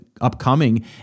upcoming